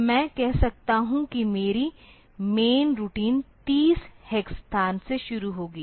तो मैं कह सकता हूं कि मेरी मैन रूटीन 30 हेक्स स्थान से शुरू होगी